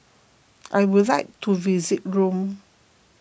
I would like to visit Rome